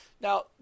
Now